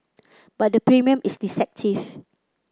but the premium is deceptive